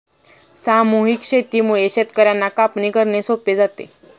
सामूहिक शेतीमुळे शेतकर्यांना कापणी करणे सोपे जाते